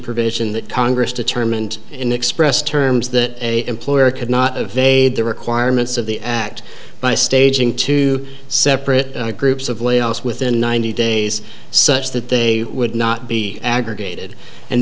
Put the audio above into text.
provision that congress determined in express terms that a employer could not evade the requirements of the act by staging two separate groups of layoffs within ninety days such that they would not be aggregated and